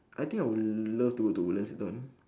I think I would love to go to woodlands later on